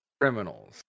criminals